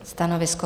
Stanovisko?